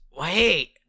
Wait